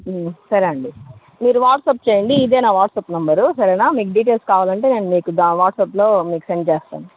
సరే అండి ఏం మీరు వాట్స్యాప్ చేయండి ఇదే నా వాట్సాప్నంబరు సరేనా నేను మీకు డీటెయిల్స్ కావాలంటే వాట్సాప్లో మీకు సెండ్ చేస్తాను